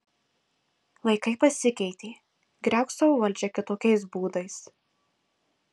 laikai pasikeitė griauk savo valdžią kitokiais būdais